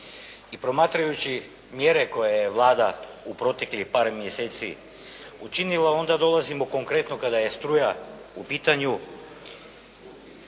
i promatrajući mjere koje je Vlada u proteklih par mjeseci učinila onda dolazimo konkretno kada je struja u pitanju,